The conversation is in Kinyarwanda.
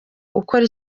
ukora